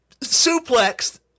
suplexed